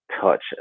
touch